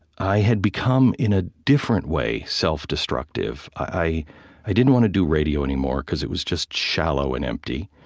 i had become, in a different way, self-destructive i i didn't want to do radio anymore because it was just shallow and empty.